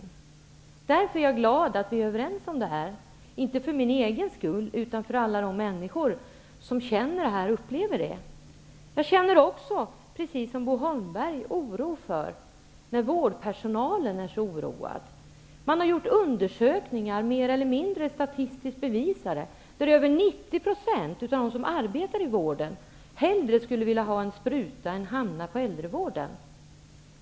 Jag är därför glad över att vi är överens om det här, inte för min egen skull utan för alla de människor som upplever detta. Jag känner också, precis som Bo Holmberg, oro när vårdpersonalen är så oroad. Det har gjorts mer eller mindre statistiskt bevisade undersökningar, som har visat att över 90 % av de som arbetar i vården hellre skulle vilja ha en spruta än hamna i äldrevården.